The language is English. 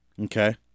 Okay